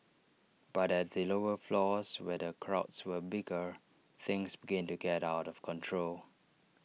but at the lower floors where the crowds were bigger things began to get out of control